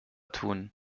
tun